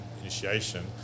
initiation